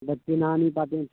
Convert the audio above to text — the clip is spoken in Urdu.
بچے نہا نہیں پاتے ہیں